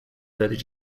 further